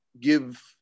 give